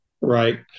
Right